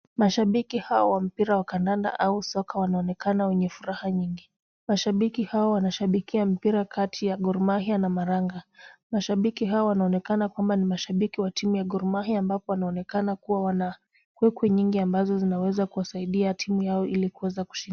Mashabiki hawa wa mpira wa kandanda au soka wanaonekana wenye furaha nyingi, mashabiki hawa wanashabikia mpira kati ya Gor Mahia na Maranga, mashabiki hawa wanaonekana ni mashabiki wa timu ya Gor Mahia ambapo wanaonekana kuwa wana kwikwi nyingi ambazo zinaweza kusaidia timu yao ili waweze kushinda.